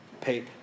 pay